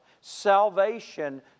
Salvation